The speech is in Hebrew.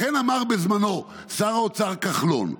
לכן בזמנו שר האוצר כחלון,